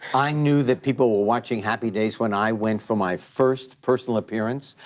i knew that people were watching happy days when i went from my first personal appearance.